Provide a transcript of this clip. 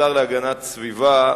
כשר להגנת הסביבה,